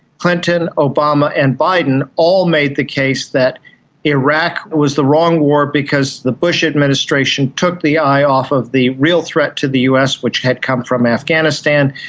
clinton, obama and biden all made the case that iraq was the wrong war because the bush administration took the eye off of the real threat to the us which had come from afghanistan,